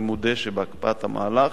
אני מודה שבהקפאת המהלך,